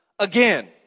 again